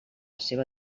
seua